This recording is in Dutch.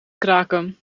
kraken